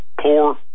poor